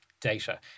Data